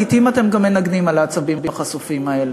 לעתים אתם גם מנגנים על העצבים החשופים האלה.